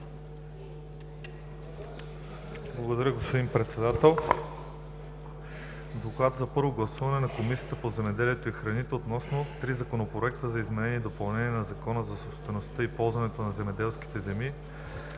Благодаря, господин Председател. „ДОКЛАД за първо гласуване на Комисията по земеделието и храните относно три законопроекта за изменение и допълнение на Закона за собствеността и ползването на земеделските земи: